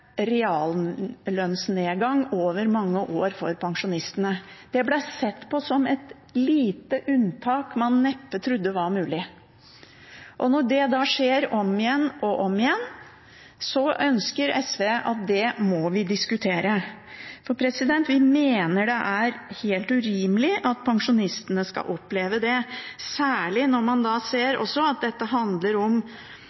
reallønnsnedgang over mange år for pensjonistene. Det ble sett på som et lite unntak man neppe trodde var mulig. Når det da skjer om igjen og om igjen, ønsker SV at vi må diskutere det. Vi mener det er helt urimelig at pensjonistene skal oppleve det, særlig når man ser